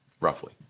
roughly